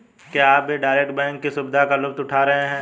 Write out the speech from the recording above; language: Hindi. क्या आप भी डायरेक्ट बैंक की सुविधा का लुफ्त उठा रहे हैं?